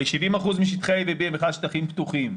הרי 70 אחוזים משטחי A ו-B הם בכלל שטחים פתוחים.